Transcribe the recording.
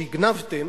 שהגנבתם